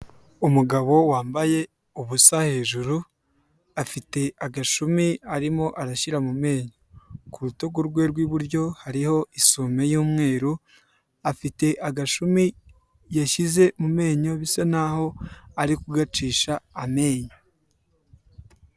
Umugabo wambaye ubusa hejuru afite agashumi arimo arashyira mu menyo. Ku rutugu rwe rw'iburyo hariho isume y'umweru, afite agashumi yashyize mu menyo bisa naho arikugacisha amenyo.